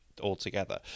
altogether